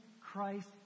Christ